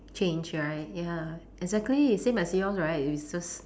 change right ya exactly same as yours right we